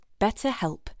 BetterHelp